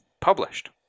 published